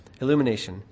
Illumination